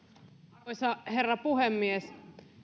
arvoisa herra puhemies